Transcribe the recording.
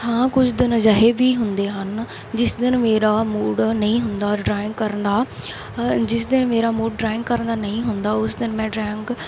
ਹਾਂ ਕੁਝ ਦਿਨ ਅਜਿਹੇ ਵੀ ਹੁੰਦੇ ਹਨ ਜਿਸ ਦਿਨ ਮੇਰਾ ਮੂੜ ਨਹੀਂ ਹੁੰਦਾ ਡਰਾਇੰਗ ਕਰਨ ਦਾ ਜਿਸ ਦਿਨ ਮੇਰਾ ਮੂੜ ਡਰਾਇੰਗ ਕਰਨ ਦਾ ਨਹੀਂ ਹੁੰਦਾ ਉਸ ਦਿਨ ਮੈਂ ਡਰਾਇੰਗ